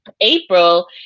April